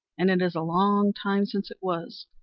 and it is a long time since it was,